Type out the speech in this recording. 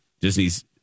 Disney's